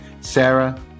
Sarah